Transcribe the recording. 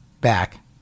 back